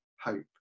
hope